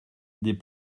des